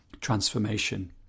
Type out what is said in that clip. transformation